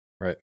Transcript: Right